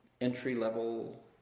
entry-level